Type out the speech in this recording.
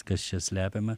kas čia slepiama